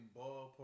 ballpark